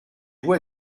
vous